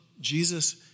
Jesus